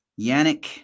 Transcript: yannick